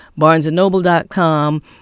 BarnesandNoble.com